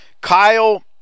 Kyle